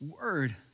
word